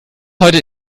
heute